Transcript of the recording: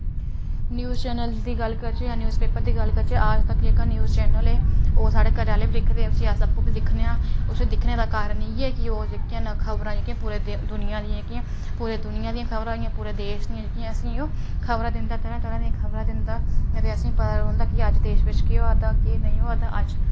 news channels दी गल्ल करचै जां न्यूज पेपर दी गल्ल करचै आज तक जेह्का न्यूज चैनल ऐ ओह् साढ़े घरे आह्ले बी दिखदे उसी अस आपू बी दिक्खने आं उसी दिक्खने दा कारण इ'यै कि ओह् जेह्कियां खबरां जेह्कियां पूरे द दुनिया दियां जेह्कियां पूरी दुनिया दि'यां खबरां होइयां पूरे देश दि'यां जेह्कियां असेंई ओह् खबरां दिंदा तरह तरह दि'यां खबरां दिंदा हां ते असें पता रोह्नदा कि अज्ज देश विच केह् होआ दा केह् नेईं होआ दा अज्ज